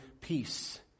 peace